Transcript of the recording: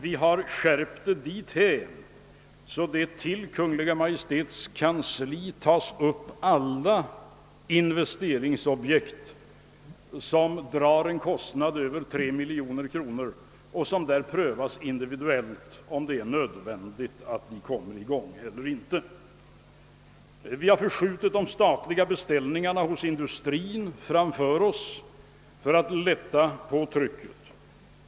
Denna skärpning har redan drivits så långt att i Kungl. Maj:ts kansli sker en prövning av alla investeringsobjekt, som drar en kostnad över 3 miljoner kronor, således en individuell prövning av om investeringarna är nödvändiga eller ej. Vidare har statliga beställningar hos industrin skjutits på framtiden för att lätta trycket.